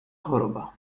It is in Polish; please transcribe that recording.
choroba